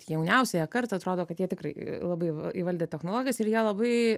jauniausiąją kartą atrodo kad jie tikrai labai įv įvaldę technologijas ir jie labai